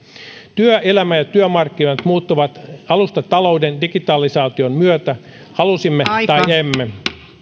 työelämä ja työmarkkinat muuttuvat alustatalouden ja digitalisaation myötä halusimme tai emme